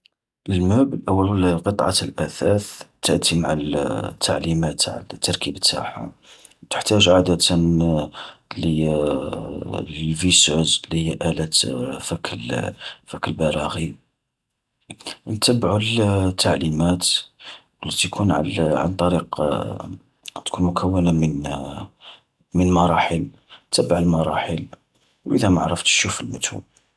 الموبل أو قطعة الأثاث، تأتي مع التعليمات تع التركيب تاعها، تحتاج عادة لالفيسوز اللي هي ألة فك فك البلاغي. انتبعو التعليمات، التي يكون عن طريق تكون مكونة من من مراحل، نتبع المراحل، واذا ما عرفتش شوف اليوتوب.